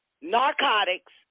narcotics